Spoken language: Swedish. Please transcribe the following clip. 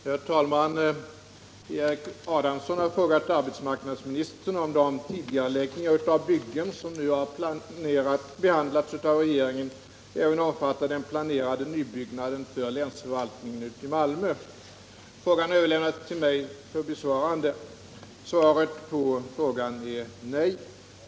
Herr talman! Erik Adamsson har frågat arbetsmarknadsministern om de tidigareläggningar av byggen som nu har behandlats av regeringen även omfattar den planerade nybyggnaden för länsförvaltningen i Malmö. Frågan har överlämnats till mig för besvarande. Svaret på frågan är nej.